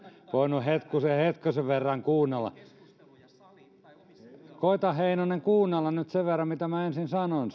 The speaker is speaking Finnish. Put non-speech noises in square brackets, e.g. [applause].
voinut hetkosen verran kuunnella koeta heinonen kuunnella nyt sen verran mitä minä ensin sanon [unintelligible]